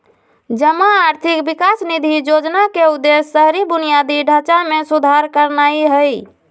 जमा आर्थिक विकास निधि जोजना के उद्देश्य शहरी बुनियादी ढचा में सुधार करनाइ हइ